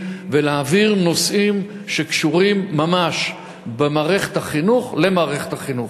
ולהעביר נושאים שקשורים ממש במערכת החינוך למערכת החינוך.